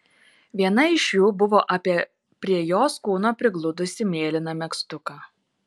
viena iš jų buvo apie prie jos kūno prigludusį mėlyną megztuką